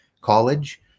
college